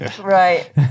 Right